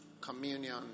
communion